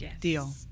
deal